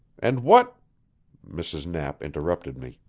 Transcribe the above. and what mrs. knapp interrupted me.